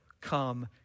come